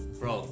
bro